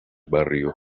barrio